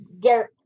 get